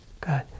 Good